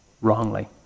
wrongly